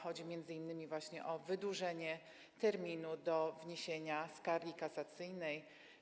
Chodzi m.in. właśnie o wydłużenie terminu do wniesienia skargi kasacyjnej.